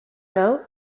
note